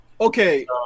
Okay